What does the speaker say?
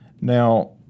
Now